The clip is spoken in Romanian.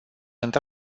într